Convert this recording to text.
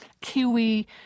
Kiwi